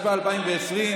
התשפ"א 2020,